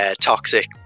toxic